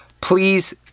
please